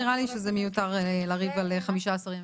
נראה לי שזה מיותר לריב על 15 ימים.